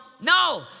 no